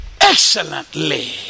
excellently